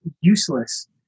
useless